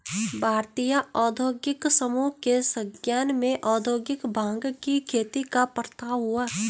भारतीय औद्योगिक समूहों के संज्ञान में औद्योगिक भाँग की खेती का प्रस्ताव है